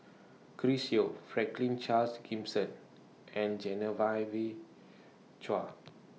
Chris Yeo Franklin Charles Gimson and Genevieve Chua